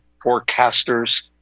forecasters